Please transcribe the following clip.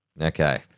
Okay